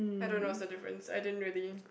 I don't know what's the difference I didn't really